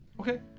Okay